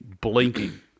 blinking